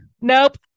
nope